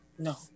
No